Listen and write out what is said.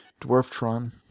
Dwarftron